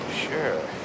Sure